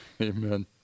Amen